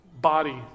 body